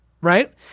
right